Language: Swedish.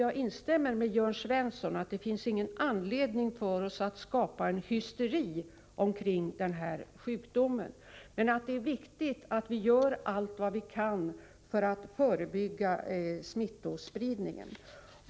Jag instämmer i Jörn Svenssons uttalande att det inte finns någon anledning för oss att skapa hysteri kring den här sjukdomen. Det är dock viktigt att vi gör allt vi kan för att förebygga smittospridningen.